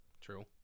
true